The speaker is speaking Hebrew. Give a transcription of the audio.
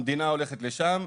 המדינה הולכת לשם,